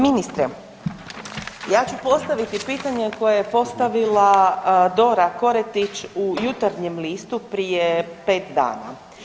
Ministre, ja ću postaviti pitanje koje je postavila Dora Koretić u Jutarnjem listu prije 5 dana.